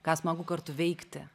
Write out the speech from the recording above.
ką smagu kartu veikti